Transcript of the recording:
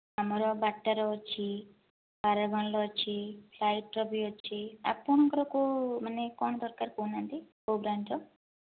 ଆମର ବାଟା ର ଅଛି ପରାଗନ ର ଅଛି ଫ୍ଲାଇଟ ର ବି ଅଛି ଆପଣଙ୍କର କେଉଁ ମାନେ କ'ଣ ଦରକାର କହୁନାହାନ୍ତି କେଉଁ ବ୍ରାଣ୍ଡ ର